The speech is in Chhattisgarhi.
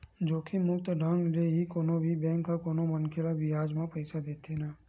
जोखिम मुक्त ढंग ले ही कोनो भी बेंक ह कोनो मनखे ल बियाज म पइसा देथे न